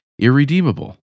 irredeemable